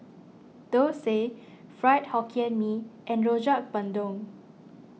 Dosa Fried Hokkien Mee and Rojak Bandung